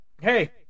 hey